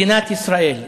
מדינת ישראל,